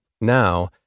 now